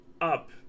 up